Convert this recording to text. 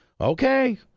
Okay